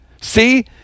see